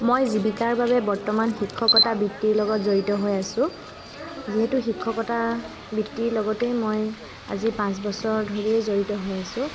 মই জীৱিকাৰ বাবে বৰ্তমান শিক্ষকতা বৃত্তিৰ লগত জড়িত হৈ আছোঁ যিহেতু শিক্ষকতা বৃত্তিৰ লগতে মই আজি পাঁচবছৰ ধৰিয়ে জড়িত হৈ আছোঁ